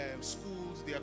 schools